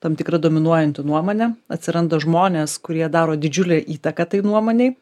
tam tikra dominuojanti nuomonė atsiranda žmonės kurie daro didžiulę įtaką tai nuomonei